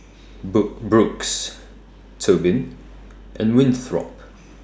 book Brooks Tobin and Winthrop